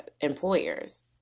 employers